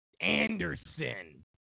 Anderson